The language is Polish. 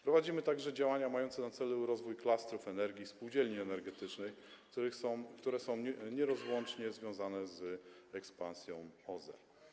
Prowadzimy także działania mające na celu rozwój klastrów energii i spółdzielni energetycznych, które są nierozłącznie związane z ekspansją OZE.